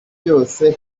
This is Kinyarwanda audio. byose